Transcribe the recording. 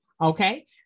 Okay